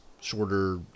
shorter